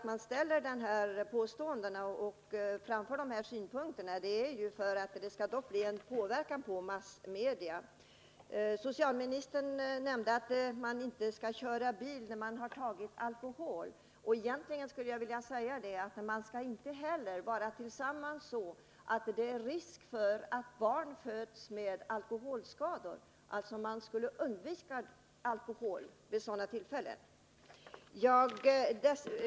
Man gör dessa påståenden och framför dessa synpunkter just för att understryka massmedias roll. Socialministern nämnde att man inte skall köra bil när man tagit alkohol. Jag skulle vilja säga att man inte heller skall vara tillsammans så att det är risk för att barn föds med alkoholskador. Man bör alltså undvika alkohol också vid sådana tillfällen.